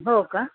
हो का